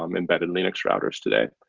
um embedded linux routers today,